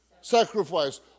sacrifice